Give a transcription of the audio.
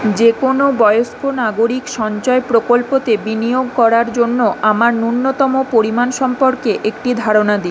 যেকোনও বয়স্ক নাগরিক সঞ্চয় প্রকল্পতে বিনিয়োগ করার জন্য আমার নূন্যতম পরিমাণ সম্পর্কে একটি ধারণা দিন